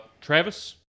Travis